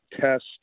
test